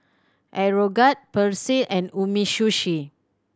Aeroguard Persil and Umisushi